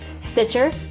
Stitcher